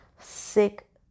sick